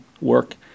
work